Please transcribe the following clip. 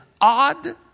odd